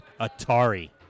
Atari